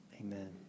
Amen